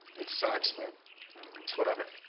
it sucks, but it's whatever.